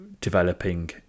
developing